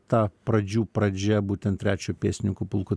ta pradžių pradžia būtent trečio pėstininkų pulko